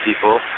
people